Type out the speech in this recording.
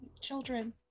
children